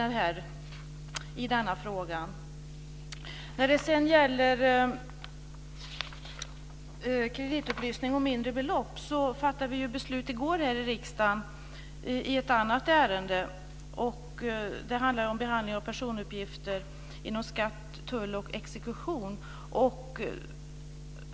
När det gäller kreditupplysning om mindre belopp fattade vi ju beslut här i riksdagen i går i ett annat ärende som handlade om behandling av personuppgifter inom skatt, tull och exekution.